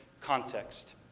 context